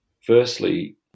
Firstly